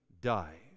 die